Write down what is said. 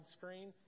screen